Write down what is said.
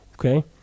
okay